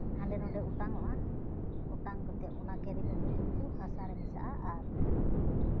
ᱦᱟᱸᱰᱮᱱᱚᱰᱮ ᱚᱴᱟᱝ ᱚᱜᱼᱟ ᱚᱴᱟᱝ ᱠᱟᱛᱮᱫ ᱚᱱᱟ ᱠᱮᱨᱤᱵᱮᱜᱽ ᱫᱚ ᱠᱤᱱᱛᱩ ᱦᱟᱥᱟᱨᱮ ᱢᱮᱥᱟᱜᱼᱟ ᱟᱨ